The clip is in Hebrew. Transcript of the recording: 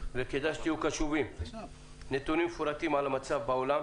וכדאי שתהיו קשובים, נתונים מפורטים על המצב בעולם